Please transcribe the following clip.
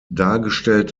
dargestellt